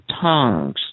tongues